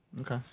Okay